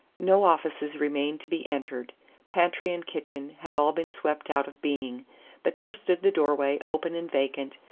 no offices remained to be entered pantry and kitchen had all been swept out of being but there stood the door-way open and vacant,